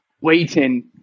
waiting